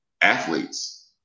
athletes